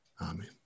Amen